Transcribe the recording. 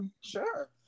sure